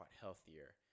healthier